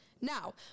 Now